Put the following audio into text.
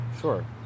sure